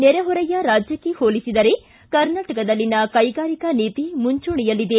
ನೆರೆಹೊರೆಯ ರಾಜ್ಯಕ್ಷೆ ಹೋಲಿಸಿದರೆ ಕರ್ನಾಟಕದಲ್ಲಿನ ಕೈಗಾರಿಕಾ ನೀತಿ ಮುಂಚೂಣಿಯಲ್ಲಿದೆ